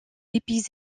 épis